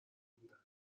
بودن